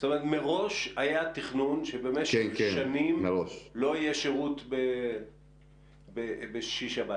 זאת אומרת מראש היה תכנון שבמשך שנים לא יהיה שירות בשישי שבת?